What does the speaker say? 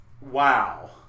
wow